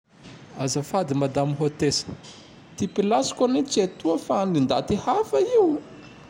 Azafady madamo hôtesy! Ty pilasiko ane tsy etoa fa an 'i ndaty hafa io!